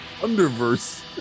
Underverse